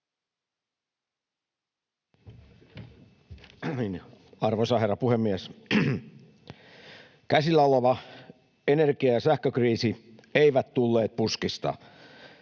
Arvoisa herra puhemies! Käsillä olevat energia‑ ja sähkökriisit eivät tulleet puskista.